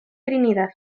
trinidad